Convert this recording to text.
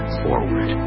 forward